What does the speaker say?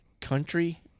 Country